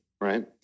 right